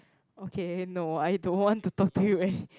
okay no I don't want to talk to you and